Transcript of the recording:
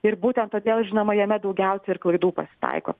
ir būtent todėl žinoma jame daugiausia ir klaidų pasitaiko